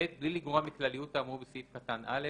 (ב)בלי לגרוע מכלליות האמור בסעיף קטן (א),